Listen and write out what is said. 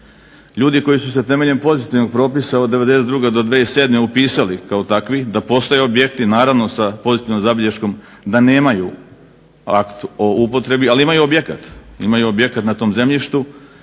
Ljudi koji su se temeljem pozitivnog propisa od '92. do 2007. upisali kao takvi da postoje objekti naravno sa pozitivnom zabilješkom da nemaju akt o upotrebi ali imaju objekat, imaju objekat na tom zemljištu